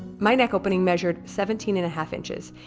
my neck opening measured seventeen and a half inches.